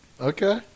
Okay